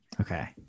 Okay